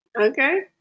Okay